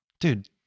dude